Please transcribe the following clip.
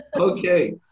Okay